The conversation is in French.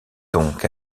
donc